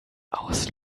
aus